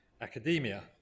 academia